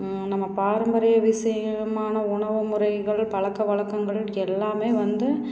நம்ம பாரம்பரிய விஷயமான உணவு முறைகள் பழக்கவழக்கங்கள் எல்லாமே வந்து